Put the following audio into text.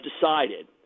decided